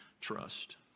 trust